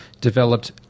developed